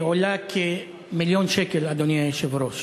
היא עולה כמיליון שקל, אדוני היושב-ראש.